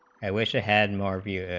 wish it had more of you know